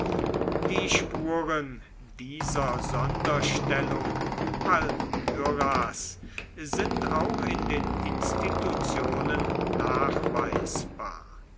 die spuren dieser sonderstellung palmyras sind auch in den institutionen nachweisbar